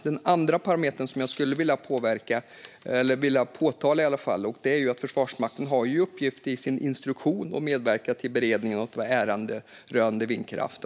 Den andra parametern som jag skulle vilja påtala är att Försvarsmakten har i uppgift i sin instruktion att medverka till beredningen av ärenden rörande vindkraft.